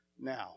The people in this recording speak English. now